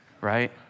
Right